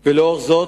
כלפיו?